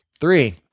three